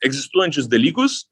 egzistuojančius dalykus